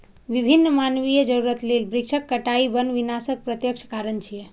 विभिन्न मानवीय जरूरत लेल वृक्षक कटाइ वन विनाशक प्रत्यक्ष कारण छियै